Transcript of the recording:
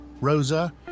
Rosa